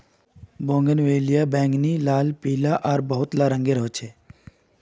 bougainvillea बैंगनी, लाल, पीला आरो बहुतला रंगेर ह छे